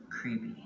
creepy